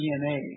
DNA